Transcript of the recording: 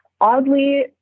oddly